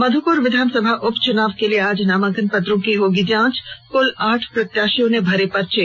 मध्यपुर विधानसभा उपचुनाव के लिए आज नामांकन पत्रों की होगी जांच कुल आठ प्रत्याशियों ने भरा है पर्चा